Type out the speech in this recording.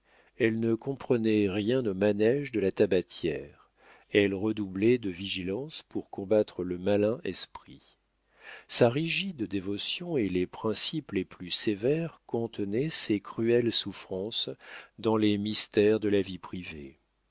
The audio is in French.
elle ne comprenait rien au manége de la tabatière elle redoublait de vigilance pour combattre le malin esprit sa rigide dévotion et les principes les plus sévères contenaient ses cruelles souffrances dans les mystères de la vie privée